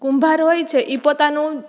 કુંભાર હોય છે ઈ પોતાનું